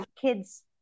kids